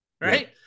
Right